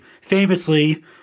famously